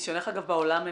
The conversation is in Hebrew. מניסיונך בעולם,